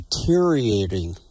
deteriorating